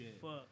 fuck